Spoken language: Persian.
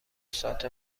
سات